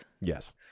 Yes